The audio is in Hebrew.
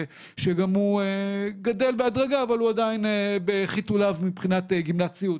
שגם הוא גדל בהדרגה אבל הוא עדיין בחיתוליו מבחינת גמלת סיעוד.